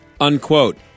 unquote